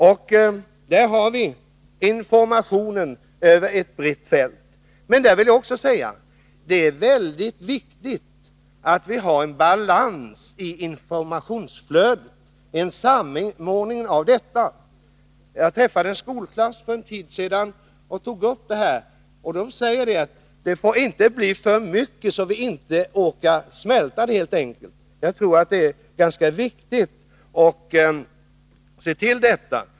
I det arbetet ingår information över ett brett fält. Det är väldigt viktigt att det finns en balans i informationsflödet och en samordning av detta. Jag träffade en skolklass för en tid sedan och tog då upp den här frågan. Dessa skolungdomar sade då: Det får inte bli för mycket av information, så att vi inte orkar smälta den.